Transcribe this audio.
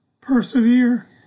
persevere